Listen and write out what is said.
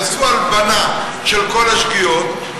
יעשו הלבנה של כל השגיאות,